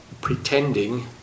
pretending